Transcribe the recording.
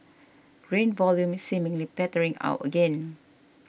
grain volume is seemingly petering out again